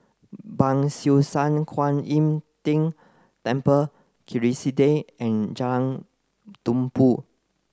Ban Siew San Kuan Im Tng Temple Kerrisdale and Jalan Tumpu